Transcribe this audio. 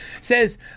says